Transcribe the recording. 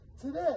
today